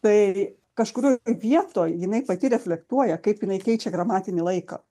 tai kažkurioj vietoj jinai pati reflektuoja kaip jinai keičia gramatinį laiką